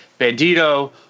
Bandito